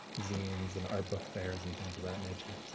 zines and art book fairs and things of that nature.